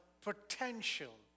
potential